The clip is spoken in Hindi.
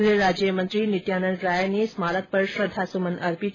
गृह राज्य मंत्री नित्यांदन राय ने स्मारक पर श्रद्वा सुमन अर्पित किए